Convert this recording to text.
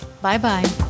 Bye-bye